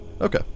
Okay